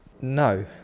no